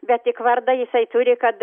bet tik vardą jisai turi kad